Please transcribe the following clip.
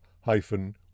hyphen